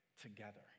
together